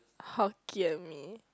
Hokkien-Mee